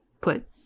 put